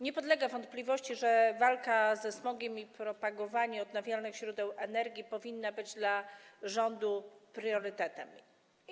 Nie podlega wątpliwości, że walka ze smogiem i propagowanie odnawialnych źródeł energii powinny być dla rządu priorytetem.